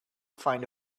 find